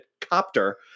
copter